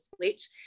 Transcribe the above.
switch